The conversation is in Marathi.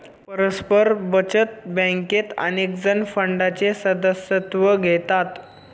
परस्पर बचत बँकेत अनेकजण फंडाचे सदस्यत्व घेतात